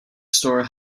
store